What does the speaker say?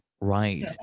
Right